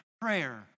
prayer